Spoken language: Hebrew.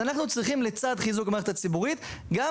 לצד חיזוק המערכת הציבורית אנחנו צריכים